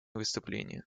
выступления